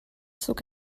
zog